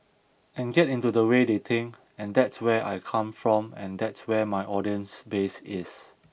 and get into the way they think and that's where I come from and that's where my audience base is